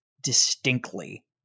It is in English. distinctly